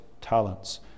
talents